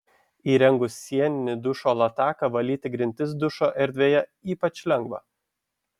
įrengus sieninį dušo lataką valyti grindis dušo erdvėje ypač lengva